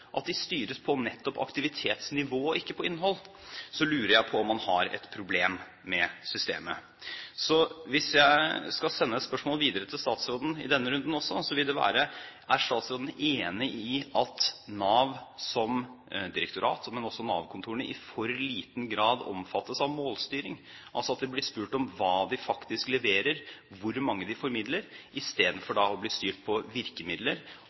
at de styres på nettopp aktivitetsnivå og ikke på innhold, lurer jeg på om man har et problem med systemet. Så, hvis jeg skal sende et spørsmål videre til statsråden i denne runden også, vil det være: Er statsråden enig i at Nav som direktorat, men også Nav-kontorene, i for liten grad omfattes av målstyring – at de bør bli spurt om hva de faktisk leverer, hvor mange de formidler, i stedet for å bli styrt på virkemidler